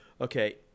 Okay